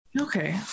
Okay